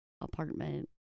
apartment